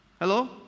Hello